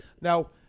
now